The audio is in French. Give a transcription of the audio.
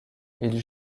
ils